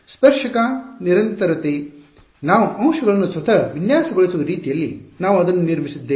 ಸ್ಪರ್ಶಕ ನಿರಂತರತೆ ನಾವು ಅಂಶಗಳನ್ನು ಸ್ವತಃ ವಿನ್ಯಾಸಗೊಳಿಸುವ ರೀತಿಯಲ್ಲಿ ನಾವು ಅದನ್ನು ನಿರ್ಮಿಸಿದ್ದೇವೆ